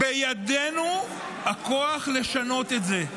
בידנו הכוח לשנות את זה.